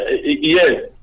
Yes